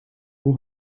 hoe